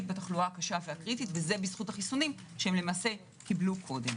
בתחלואה הקשה והקריטית וזה בזכות החיסונים שהם קיבלו קודם.